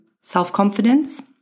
self-confidence